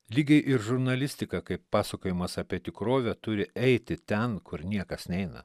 lygiai ir žurnalistika kaip pasakojimas apie tikrovę turi eiti ten kur niekas neina